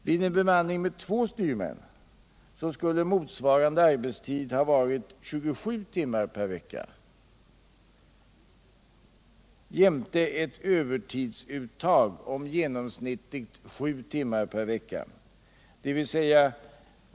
Vid en bemanning med två styrmän skulle motsvarande arbetstid ha varit 27 timmar per vecka jämte ett övertidsuttag på genomsnittligt sju timmar per vecka.